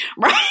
Right